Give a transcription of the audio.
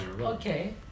Okay